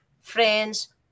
friends